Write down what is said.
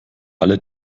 alle